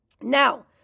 Now